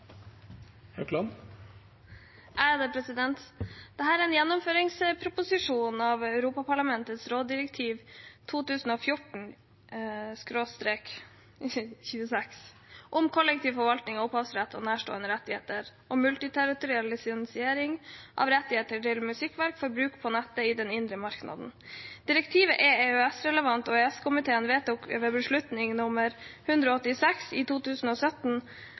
en gjennomføringsproposisjon av Europaparlamentets råddirektiv 2014/26 om kollektiv forvaltning av opphavsrett og nærstående rettigheter og multiterritoriell lisensiering av rettigheter til musikkverk for bruk på nettet i det indre marked. Direktivet er EØS-relevant, og EØS-komiteen vedtok ved beslutning nr. 186/2017 av 22. september 2017